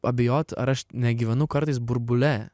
abejoti ar aš negyvenu kartais burbule